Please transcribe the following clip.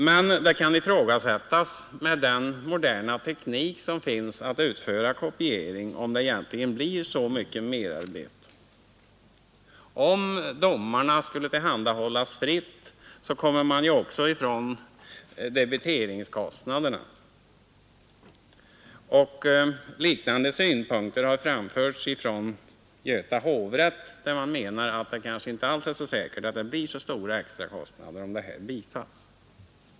Men det kan ifrågasättas, med tanke på den moderna teknik som finns för att utföra kopiering, om det egentligen blir så mycket merarbete. Om domarna tillhandahålls fritt kommer man ju också ifrån debiteringskostnaderna. Liknande synpunkter har framförts av Göta hovrätt, som menar att det inte alls är säkert att det blir så stora extrakostnader om förslaget bifalles.